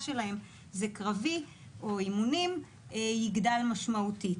שלהם זה קרבי או אימונים יגדל משמעותית.